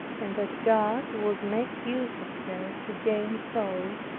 and that god would make use of her to gain souls,